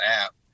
app